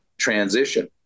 transition